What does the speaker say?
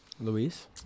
Luis